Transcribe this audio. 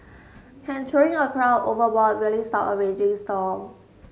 can throwing a crown overboard really stop a raging storm